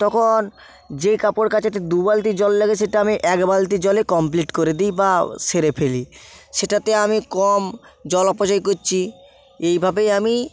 তখন যে কাপড় কাচাটা দু বালতি জল লাগে সেটা আমি এক বালতি জলে কমপ্লিট করে দিই বা সেরে ফেলি সেটাতে আমি কম জল অপচয় কোচ্ছি এইভাবেই আমি